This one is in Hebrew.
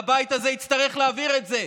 והבית הזה יצטרך להעביר את זה,